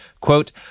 Quote